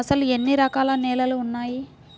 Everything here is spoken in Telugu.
అసలు ఎన్ని రకాల నేలలు వున్నాయి?